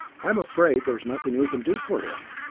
i'm afraid there's nothing we can do for him,